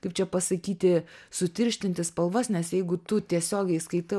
kaip čia pasakyti sutirštinti spalvas nes jeigu tu tiesiogiai skaitai